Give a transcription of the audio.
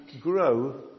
grow